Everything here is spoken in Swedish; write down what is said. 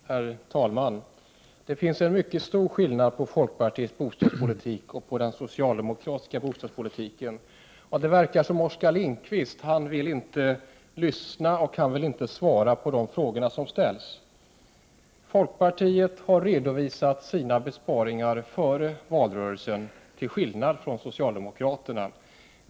Herr talman! Det finns en mycket stor skillnad mellan folkpartiets bostadspolitik och den socialdemokratiska. Det verkar som om Oskar Lindkvist inte vill lyssna och svara på de frågor som ställs. Folkpartiet har redovisat sina besparingar före valrörelsen till skillnad från socialdemokraterna.